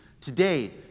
today